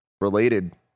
related